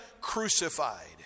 crucified